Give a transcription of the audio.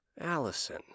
Allison